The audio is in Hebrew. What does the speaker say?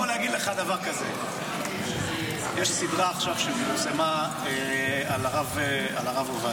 אני יכול להגיד לך דבר כזה: יש סדרה שעכשיו פורסמה על הרב עובדיה.